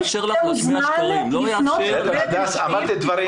קיימנו על זה דיון שלם.